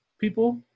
people